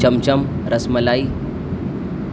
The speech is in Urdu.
چمچم رس ملائی